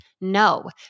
No